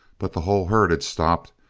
but the whole herd had stopped,